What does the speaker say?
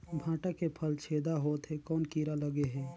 भांटा के फल छेदा होत हे कौन कीरा लगे हे?